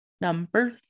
Number